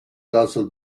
castle